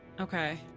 okay